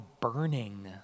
burning